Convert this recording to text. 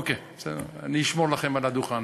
אוקיי, בסדר, אני אשמור לכם על הדוכן.